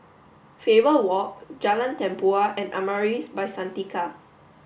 Faber Walk Jalan Tempua and Amaris By Santika